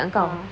(uh huh)